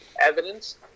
evidence